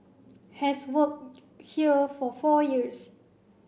has worked here for four years